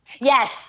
Yes